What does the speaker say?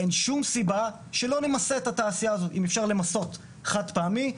אין שום סיבה שלא נמסה את התעשייה הזאת אם אפשר למסות חד פעמי.